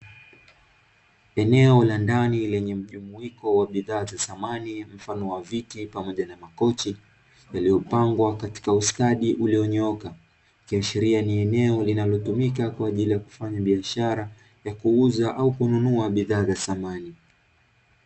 Eneo la ndani lenye mjumuiko wa bidhaa za samani mfano wa viti pamoja na makochi, vilivyopangwa katika ustadi ulionyooka ikiashiria ni eneo linalotumika kwaajili ya kufanyia biashara ya kuuza au kununua bidhaa za samani.